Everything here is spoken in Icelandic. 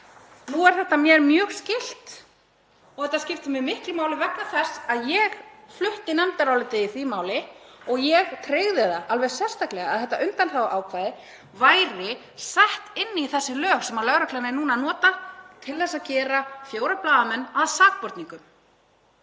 Nú er þetta mér mjög skylt og þetta skiptir mig miklu máli vegna þess að ég flutti nefndarálitið í því máli og ég tryggði það alveg sérstaklega að þetta undanþáguákvæði væri sett inn í þessi lög sem lögreglan er núna að nota til að gera fjóra blaðamenn að sakborningum.